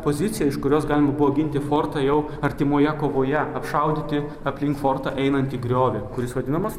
poziciją iš kurios galima buvo ginti fortą jau artimoje kovoje apšaudyti aplink fortą einantį griovį kuris vadinamas